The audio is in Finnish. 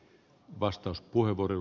arvoisa puhemies